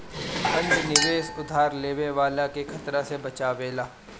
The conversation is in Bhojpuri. बंध निवेश उधार लेवे वाला के खतरा से बचावेला